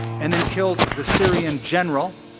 and then killed the syrian general.